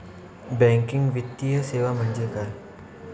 Banking वित्तीय सेवा म्हणजे काय?